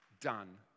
done